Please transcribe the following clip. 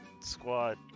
squad